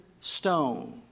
stone